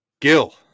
Gil